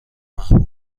محبوب